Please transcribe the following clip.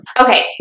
okay